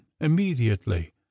immediately